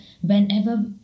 whenever